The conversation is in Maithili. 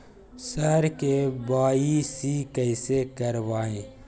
सर के.वाई.सी कैसे करवाएं